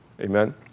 Amen